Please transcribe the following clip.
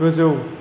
गोजौ